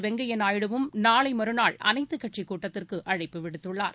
வெங்கையநாயுடுவும் நாளைமறுநாள் அனைத்துக் கட்சிக் கூட்டத்திற்குஅழைப்பு விடுத்துள்ளார்